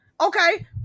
Okay